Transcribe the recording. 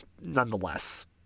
nonetheless